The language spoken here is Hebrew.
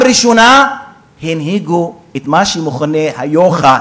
פעם ראשונה הנהיגו את מה שמכונה יוח"א,